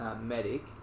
medic